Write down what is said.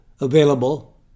available